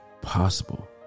possible